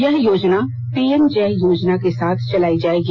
यह योजना पीएम जय योजना के साथ चलाई जाएगी